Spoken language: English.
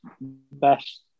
best